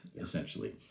essentially